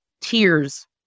Tears